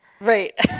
Right